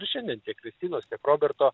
ir šiandien tiek kristinos tiek roberto